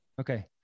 Okay